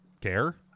care